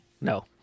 No